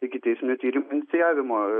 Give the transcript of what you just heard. ikiteisminio tyrimo inicijavimo